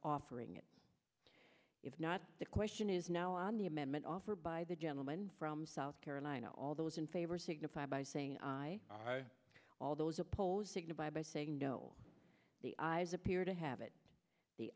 offering it if not the question is now on the amendment offer by the gentleman from south carolina all those in favor signify by saying all those opposed signify by saying no the i's appear to have it the